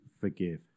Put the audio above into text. forgive